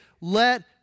let